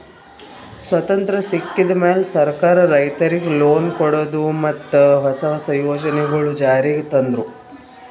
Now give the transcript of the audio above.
ಸ್ವತಂತ್ರ್ ಸಿಕ್ಕಿದ್ ಮ್ಯಾಲ್ ಸರ್ಕಾರ್ ರೈತರಿಗ್ ಲೋನ್ ಕೊಡದು ಮತ್ತ್ ಹೊಸ ಹೊಸ ಯೋಜನೆಗೊಳು ಜಾರಿಗ್ ತಂದ್ರು